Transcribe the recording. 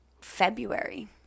February